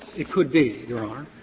it could be, your honor.